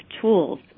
tools